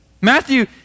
Matthew